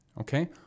okay